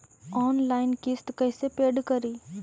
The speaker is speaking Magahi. ऑनलाइन किस्त कैसे पेड करि?